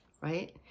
right